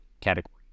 category